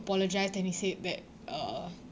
apologised then he said that uh